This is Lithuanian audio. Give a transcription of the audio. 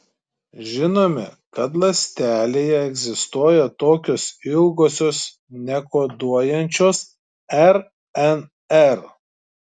žinome kad ląstelėje egzistuoja tokios ilgosios nekoduojančios rnr